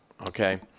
okay